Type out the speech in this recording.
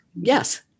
yes